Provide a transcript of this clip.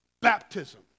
baptism